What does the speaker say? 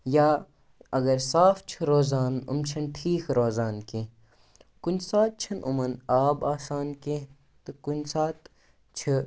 یا اگر صاف چھِ روزان یِم چھِنہٕ ٹھیٖک روزان کینٛہہ کُنہِ ساتہٕ چھِنہٕ یِمَن آب آسان کینٛہہ تہٕ کُنہِ ساتہٕ چھِ